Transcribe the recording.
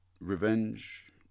revenge